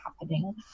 happening